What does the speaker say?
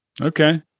Okay